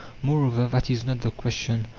moreover, that is not the question.